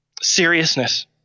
seriousness